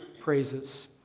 praises